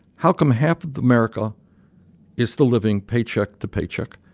how come half of america is still living paycheck to paycheck?